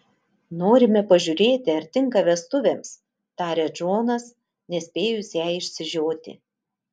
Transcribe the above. norime pažiūrėti ar tinka vestuvėms taria džonas nespėjus jai išsižioti